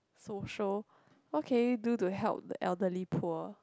social what can you do to help the elderly poor